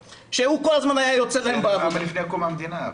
שכל הזמן היה יוצא -- זה הכל מלפני קום המדינה.